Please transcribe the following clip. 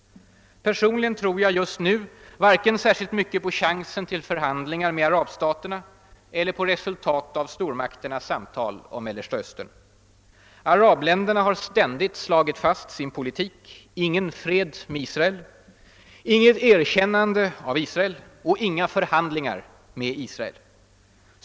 Personligen tror jag inte särskilt mycket vare sig på chansen till förhandlingar med arabstaterna eller på resultat av stormakternas samtal om Mellersta Östern. Arabländerna har ständigt slagit fast sin politik: ingen fred med Israel, inget erkännande av Israel, inga förhandlingar med Israel.